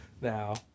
now